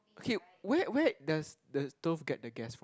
okay where where does the stove get the gas from